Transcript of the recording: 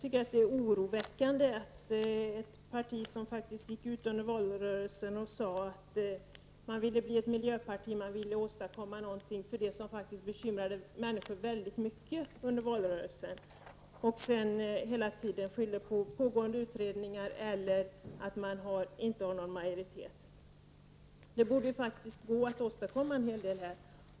Dessutom är det oroväckande att ett parti som i valrörelsen faktiskt gick ut och sade att man ville bli ett miljöparti och att man ville åstadkomma någonting beträffande det som faktiskt bekymrade människor då väldigt mycket sedan bara hänvisar till pågående utredningar och till att att man inte har egen majoritet. Men här borde det faktiskt gå att åstadkomma en hel del.